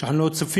שאנחנו לא צופים